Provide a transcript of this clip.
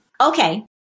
Okay